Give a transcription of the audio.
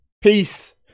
peace